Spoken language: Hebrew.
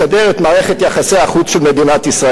מסיבה אחת: